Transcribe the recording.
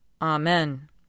Amen